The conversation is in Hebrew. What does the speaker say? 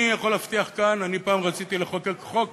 אני יכול להבטיח כאן, פעם רציתי לחוקק חוק